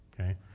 Okay